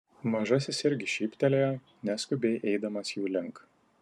mažasis irgi šyptelėjo neskubiai eidamas jų link